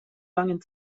langen